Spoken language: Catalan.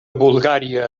bulgària